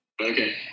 Okay